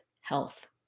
health